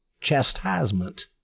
chastisement